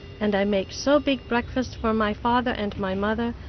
and i make so big breakfast for my father and my mother,